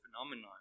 phenomenon